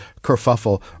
kerfuffle